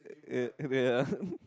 eh yeah